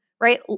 right